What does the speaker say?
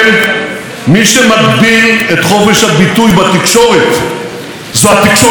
מי שמגביל את חופש הביטוי בתקשורת זה התקשורת עצמה.